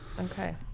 Okay